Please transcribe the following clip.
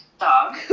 dog